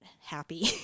happy